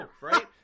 right